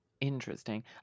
Interesting